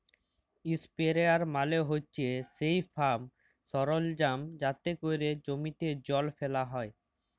ইসপেরেয়ার মালে হছে সেই ফার্ম সরলজাম যাতে ক্যরে জমিতে জল ফ্যালা হ্যয়